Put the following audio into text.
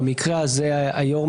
במקרה הזה היושב-ראש,